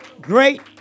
great